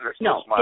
No